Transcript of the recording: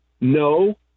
No